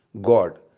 God